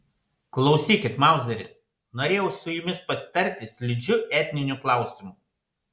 klausykit mauzeri norėjau su jumis pasitarti slidžiu etniniu klausimu